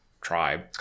tribe